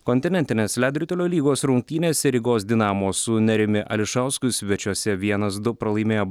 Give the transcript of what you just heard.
kontinentinės ledo ritulio lygos rungtynėse rygos dinamo su nerijumi ališausku svečiuose vienas du pralaimėjo